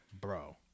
bro